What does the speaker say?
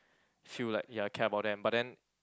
feel like ya care about them but then